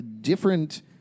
different